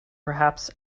perhaps